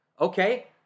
Okay